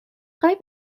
خوای